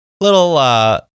little